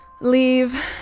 leave